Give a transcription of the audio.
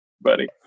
buddy